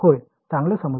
होय चांगले समजले